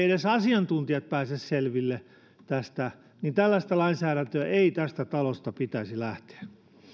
edes asiantuntijat pääse selville tästä niin tällaista lainsäädäntöä ei tästä talosta pitäisi lähteä